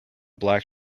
black